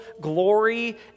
glory